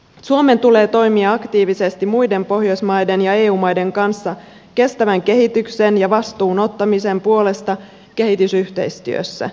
suomen tulee toimia aktiivisesti muiden pohjoismaiden ja eu maiden kanssa kestävän kehityksen ja vastuun ottamisen puolesta kehitysyhteistyössä